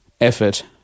effort